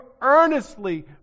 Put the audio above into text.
earnestly